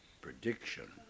prediction